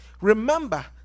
Remember